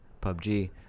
PUBG